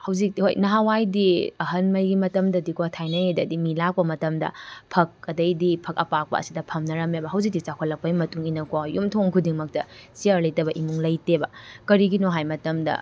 ꯍꯧꯖꯤꯛꯇꯤ ꯍꯣꯏ ꯅꯍꯥꯟꯋꯥꯏꯗꯤ ꯑꯍꯟꯉꯩꯒꯤ ꯃꯇꯝꯗꯗꯤꯀꯣ ꯊꯥꯏꯅꯉꯩꯗꯗꯤ ꯃꯤ ꯂꯥꯛꯄ ꯃꯇꯝꯗ ꯐꯛ ꯑꯗꯩꯗꯤ ꯐꯛ ꯑꯄꯥꯛꯄ ꯑꯁꯤꯗ ꯐꯝꯅꯔꯝꯃꯦꯕ ꯍꯧꯖꯤꯛꯇꯤ ꯆꯥꯎꯈꯠꯂꯛꯄꯒꯤ ꯃꯇꯨꯡ ꯏꯟꯅꯀꯣ ꯌꯨꯝꯊꯣꯡ ꯈꯨꯗꯤꯡꯃꯛꯇ ꯆꯤꯌꯔ ꯂꯩꯇꯕ ꯏꯃꯨꯡ ꯂꯩꯇꯦꯕ ꯀꯔꯤꯒꯤꯅꯣ ꯍꯥꯏꯕ ꯃꯇꯝꯗ